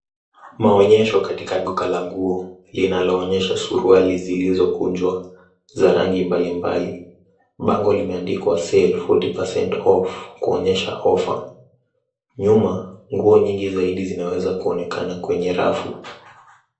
Maonyesho katika duka la nguo, linaloonyesha suruali zilizokunjwa za rangi mbalimbali. Bango limeandikwa, sale 40 percent off, kuonyesha ofa. Nyuma, nguo nyingi zaidi zinaweza kuonekana kwenye rafu.